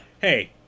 Hey